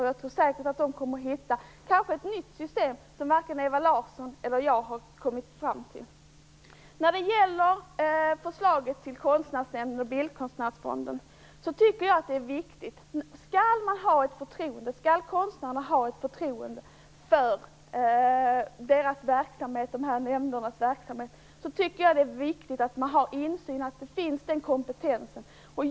Man kommer säkert att hitta ett system - kanske ett nytt system som varken Ewa Larsson eller jag kommit fram till. Om konstnärerna skall ha förtroende för Konstnärsnämndens och Bildkonstnärsfondens verksamhet är det viktigt att de har insyn och att det finns kompetens.